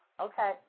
Okay